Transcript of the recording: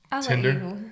Tinder